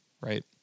right